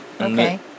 Okay